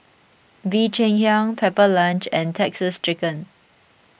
Bee Cheng Hiang Pepper Lunch and Texas Chicken